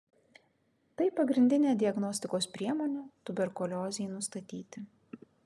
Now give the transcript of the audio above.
tai pagrindinė diagnostikos priemonė tuberkuliozei nustatyti